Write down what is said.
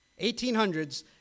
1800s